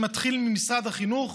שמתחיל במשרד החינוך,